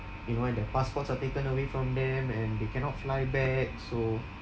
even their passports are taken away from them and they cannot fly back so